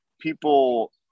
people